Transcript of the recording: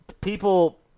people